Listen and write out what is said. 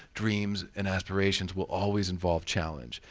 dreams and aspirations will always involve challenge.